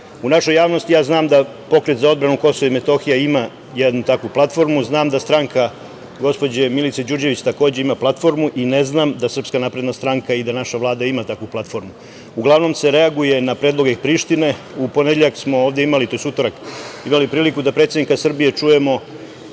našoj javnosti ja znam da Pokret za odbranu Kosova i Metohije ima jednu takvu platformu, znam da stranke gospođe Milice Đurđević takođe ima platformu i ne znam da SNS i da naša Vlada ima takvu platformu. Uglavnom se reaguje na predloge iz Prištine. U ponedeljak smo ovde imali, tj. utorak, imali priliku da predsednika Srbije čujemo